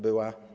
Była.